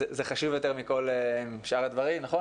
זה חשוב יותר מכל שאר הדברים, נכון?